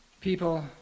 people